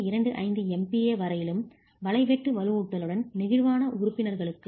25 MPa வரையிலும் வலை வெட்டு வலுவூட்டலுடன் நெகிழ்வான உறுப்பினர்களுக்கு 0